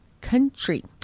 country